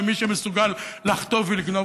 ומי שמסוגל לחטוף ולגנוב,